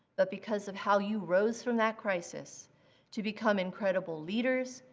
but because of how you rose from that crisis to become incredible leaders,